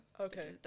Okay